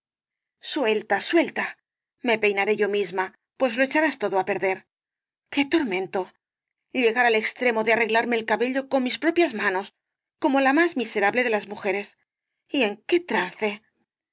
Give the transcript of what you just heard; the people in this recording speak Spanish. suelta suelta me peinaré yo misma pues lo echarás todo á perder qué tormento llegar al extremo de arreglarme el cabello con mis propias manos como la más miserable de las mujeres y en qué trance